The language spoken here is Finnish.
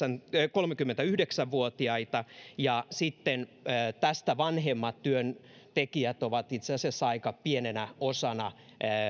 kolmekymmentäyhdeksän vuotiaita ja tästä vanhemmat työntekijät ovat itse asiassa aika pienenä osana